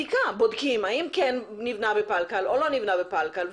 בודקים אם כן נבנה בפלקל או לא נבנה בפלקל.